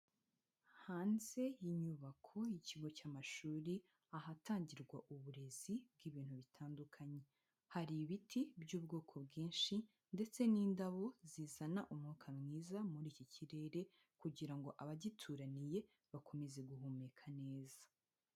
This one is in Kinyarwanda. Hanze y'inyubako ikigo cy'amashuri ahatangirwa uburezi bw'ibintu bitandukanye, hari ibiti by'ubwoko bwinshi ndetse n'indabo zizana umwuka mwiza muri iki kirere, kugira ngo abagituraniye bakomeze guhumeka neza.